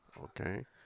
Okay